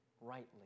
rightly